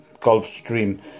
Gulfstream